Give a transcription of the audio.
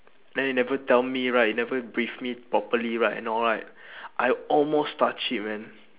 then he never tell me right he never brief me properly right and all right I almost touched it man